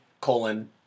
colon